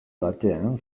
batean